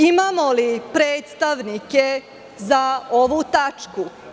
Imamo li predstavnike za ovu tačku?